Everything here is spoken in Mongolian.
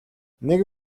нэг